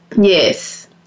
Yes